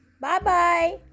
Bye-bye